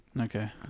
Okay